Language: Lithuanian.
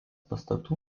pastatų